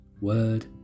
word